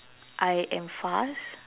I am fast